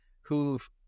who've